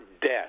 death